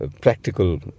practical